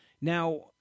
Now